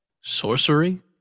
sorcery